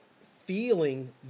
feeling